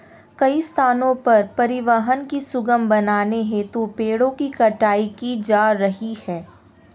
कई स्थानों पर परिवहन को सुगम बनाने हेतु पेड़ों की कटाई की जा रही है